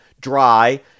dry